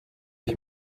ich